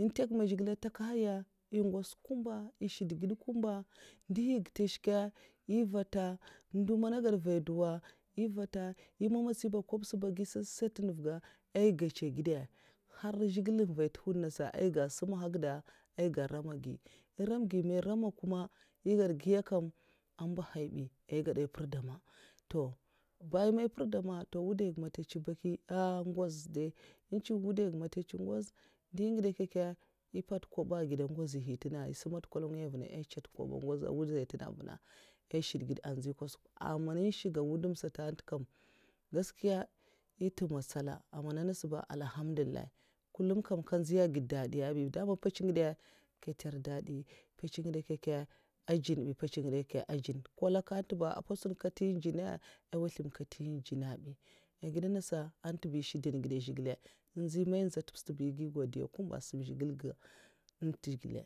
èhn ntek man zhigile takahya eh ngwots kumba èh shedged kumba ndihi ga nte shka nyi vata ndo mana gada nvai duwa ehn vata nyi mamasti ba kwobsa ba agui yesasa ntevga eh gecha geda har zhigile'n nvai ntwu'hwud nasa ai ga sema nharkeda ai ga rama gui ehn rama gui man eh rama kuma eh gad giya kam ambahai bi ai gada ai mperdama to bayan man eh mperdama wudaiga man nte ncwo baki an ngwaz dai, ancwo wudaiga man nte ncwo ngwaz ndingidè nkey'nkey a pat kob a ngwozitènga ai sumata nkwalagwi nvuna ai'nchat kwoba ngwozitènga ah vunna ai shed ged anzyi kwasuk' a aman ah shiga wudam sata nte kam gaskiya èh tamatsala aman nas ba kam alhamdulilla kullum kam nga nziya gèd dadiya bi daman mpets ngide nka nter dadi, mpets ngide nkey'nkeya a dzun mbi mpets ngide nkey'nkeya adzun ko lak'ntuba ah mpwotsun nka ntyi adzuna ah ngozlèm ka nten ndzuna bi agida nasa anta ba ehn shedangeda ah zhigile an nzyi man eh nza ntep sata eh nvi godiya'n'kumba asam zhigile ga nte zhigila.